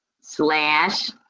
slash